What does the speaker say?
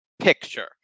picture